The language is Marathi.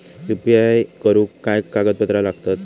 यू.पी.आय करुक काय कागदपत्रा लागतत?